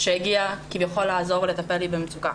שהגיעה, כביכול לעזור, לטפל בי במצוקה.